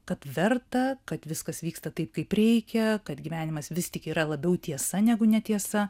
kad verta kad viskas vyksta taip kaip reikia kad gyvenimas vis tik yra labiau tiesa negu netiesa